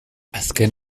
azken